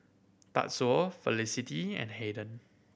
Tatsuo Felicity and Haden